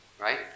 Right